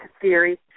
theory